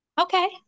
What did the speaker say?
Okay